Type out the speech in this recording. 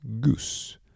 Goose